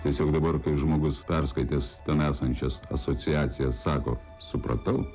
tiesiog dabar kai žmogus perskaitęs tam esančias asociacija sako supratau